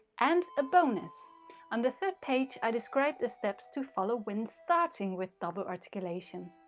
and a bonus on the third page i describe the steps to follow when starting with double articulation.